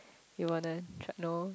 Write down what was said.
you want to try know